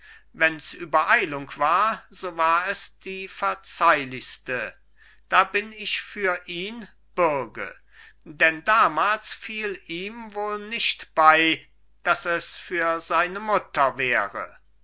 wenns übereilung war so war es die verzeihlichste da bin ich für ihn bürge denn damals fiel ihm wohl nicht bei daß es für seine mutter wäre